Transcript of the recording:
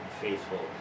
faithful